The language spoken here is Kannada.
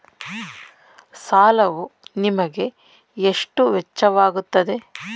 ಸಾಲವು ನಿಮಗೆ ಎಷ್ಟು ವೆಚ್ಚವಾಗುತ್ತದೆ?